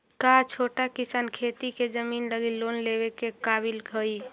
का छोटा किसान खेती के जमीन लगी लोन लेवे के काबिल हई?